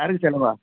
சரக்கு செலவா